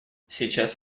сейчас